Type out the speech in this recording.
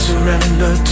Surrender